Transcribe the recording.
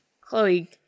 Chloe